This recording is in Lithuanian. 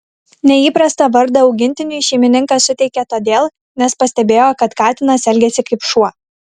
neįprastą vardą augintiniui šeimininkas suteikė todėl nes pastebėjo kad katinas elgiasi kaip šuo